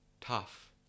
tough